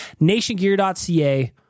Nationgear.ca